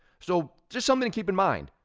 so just something to keep in mind,